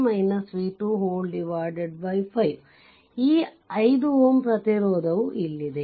ಆದ್ದರಿಂದ ix 5 ಈ 5 Ω ಪ್ರತಿರೋಧವು ಇಲ್ಲಿದೆ